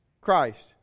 Christ